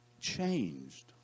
changed